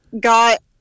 got